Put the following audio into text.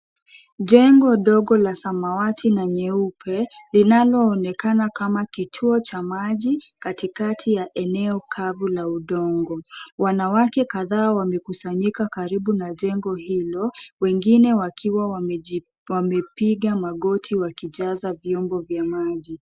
Jengo dogo la samawati na nyeupe linaloonekana kama kituo cha maji katikati ya eneo kavu la udongo .Wanawake kadhaa wamekusanyika karibu na jengo hilo. Wengine wakiwa wamepiga magoti wakijaza viungo vya maji.